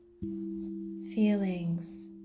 feelings